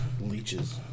Leeches